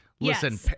Listen